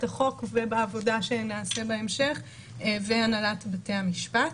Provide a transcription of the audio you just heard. החוק ובעבודה שנעשה בהמשך והנהלת בתי המשפט.